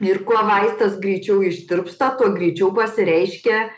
ir kuo vaistas greičiau ištirpsta tuo greičiau pasireiškia